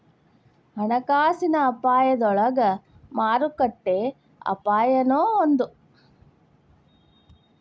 ಹಣಕಾಸಿನ ಅಪಾಯದೊಳಗ ಮಾರುಕಟ್ಟೆ ಅಪಾಯನೂ ಒಂದ್